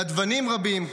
נדבנים רבים,